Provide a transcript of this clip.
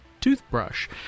toothbrush